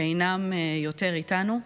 שאינם יותר איתנו.